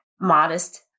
modest